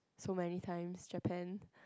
so many times Japan